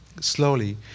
slowly